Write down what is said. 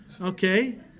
okay